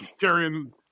carrying